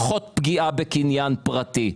פחות פגיעה בקניין פרטי.